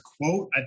quote